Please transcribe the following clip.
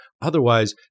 otherwise